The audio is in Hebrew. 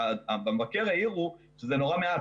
ממשרד המבקר העירו שזה מעט מאוד,